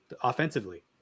offensively